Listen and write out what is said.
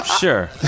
Sure